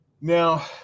Now